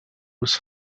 was